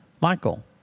Michael